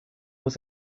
was